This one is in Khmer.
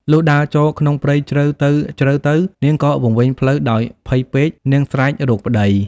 លុះដើរចូលក្នុងព្រៃជ្រៅទៅៗ នាងក៏វង្វេងផ្លូវដោយភ័យពេក នាងស្រែក រកប្តី ។